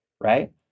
right